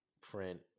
print